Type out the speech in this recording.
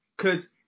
Cause